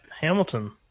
Hamilton